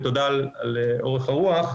ותודה על אורך הרוח.